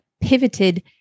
pivoted